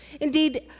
Indeed